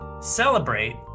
celebrate